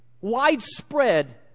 widespread